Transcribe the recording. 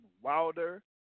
Wilder